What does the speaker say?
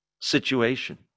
situation